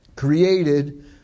Created